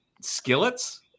skillets